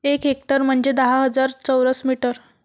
एक हेक्टर म्हंजे दहा हजार चौरस मीटर